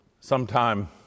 Sometime